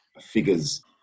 figures